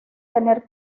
tener